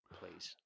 please